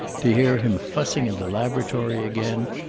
to hear him fussing in the laboratory again,